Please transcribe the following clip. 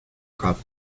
crop